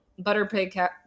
Butterpig